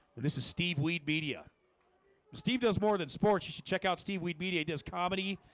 this is steve weed media steve does more than sports. you should check out steve. we'd mediate his comedy.